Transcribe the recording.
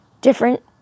different